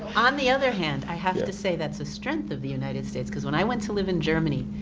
on the other hand, i have to say that's a strength of the united states, because when i went to live in germany,